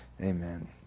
Amen